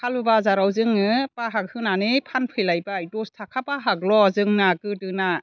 खालु बाजाराव जोङो बाहाग होनानै फानफैलायबाय दस थाखा बाहागल' जोंना गोदोना